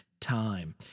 time